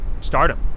stardom